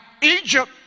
Egypt